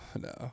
no